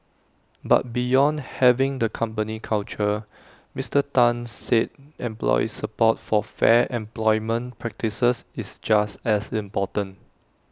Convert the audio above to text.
but beyond having the company culture Mister Tan said employee support for fair employment practices is just as important